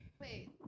Wait